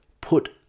put